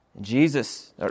Jesus